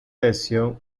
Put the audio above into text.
lesión